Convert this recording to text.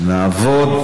נעבוד